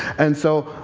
and so